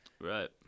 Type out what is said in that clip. Right